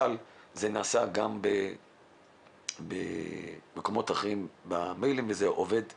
אבל זה נעשה גם במקומות אחרים במיילים וזה עובד מצוין.